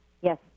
Yes